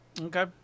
Okay